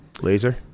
Laser